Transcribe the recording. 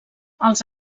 els